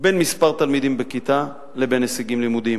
בין מספר תלמידים בכיתה לבין הישגים לימודיים.